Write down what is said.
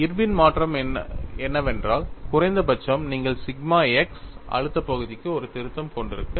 Irwin மாற்றம் என்னவென்றால் குறைந்தபட்சம் நீங்கள் சிக்மா x அழுத்த பகுதிக்கு ஒரு திருத்தம் கொண்டிருக்க வேண்டும்